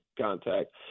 contact